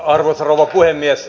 arvoisa rouva puhemies